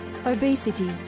Obesity